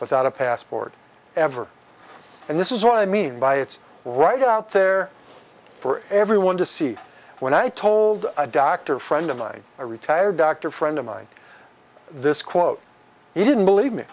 without a passport ever and this is what i mean by it's right out there for everyone to see when i told a doctor friend of mine a retired doctor friend of mine this quote he didn't